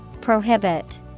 Prohibit